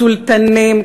סולטנים,